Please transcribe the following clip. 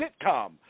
sitcom